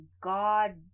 God